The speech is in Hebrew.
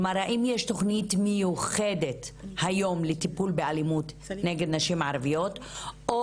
האם יש תוכנית מיוחדת היום לטיפול באלימות נגד נשים ערביות או